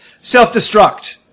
Self-destruct